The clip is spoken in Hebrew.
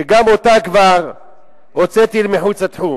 שגם אותה כבר הוצאתי אל מחוץ לתחום?